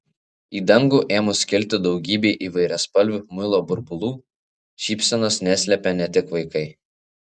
į dangų ėmus kilti daugybei įvairiaspalvių muilo burbulų šypsenos neslėpė ne tik vaikai